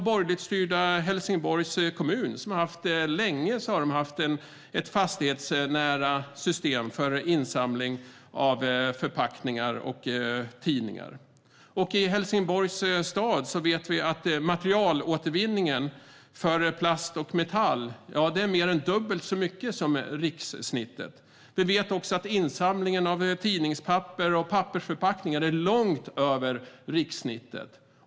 Borgerligt styrda Helsingborgs kommun har länge haft ett fastighetsnära system för insamling av förpackningar och tidningar. I Helsingborg är materialåtervinningen av plast och metall mer än dubbelt så stor som rikssnittet. Även insamlingen av tidningspapper och pappersförpackningar ligger långt över rikssnittet.